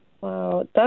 Wow